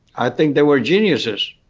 i think they were geniuses.